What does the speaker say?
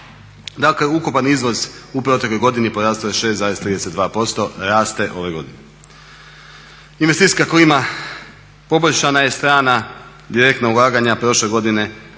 Dakle ukupan izvoz u protekloj godini porastao je 6,32%, raste ove godine. Investicijska klima poboljšana je strana direktna ulaganja prošle godine